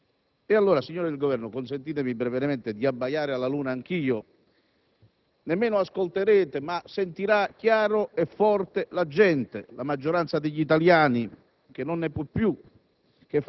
Allora, signori del Governo, consentite brevemente anche a me di abbaiare alla luna. Nemmeno ascolterete, ma sentirà chiaro e forte la gente, la maggioranza degli italiani che non ne può più,